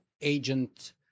agent